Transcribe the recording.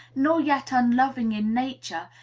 nor yet unloving in nature,